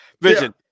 vision